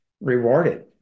rewarded